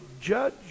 Judge